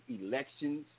elections